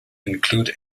include